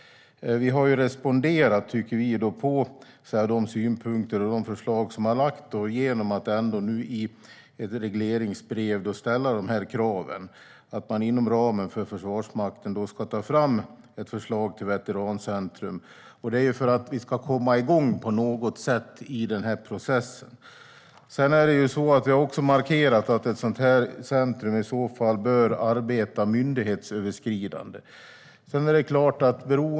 Vi har responderat, tycker vi, på de synpunkter och förslag som har lagts fram genom att nu i ett regleringsbrev ställa kravet att man inom ramen för Försvarsmakten ska ta fram ett förslag till veterancentrum. Det är för att vi ska komma igång på något sätt i den här processen. Vi har också markerat att ett sådant centrum i så fall bör arbeta myndighetsöverskridande.